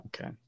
okay